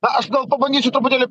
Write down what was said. aš gal pabandysiu truputėlį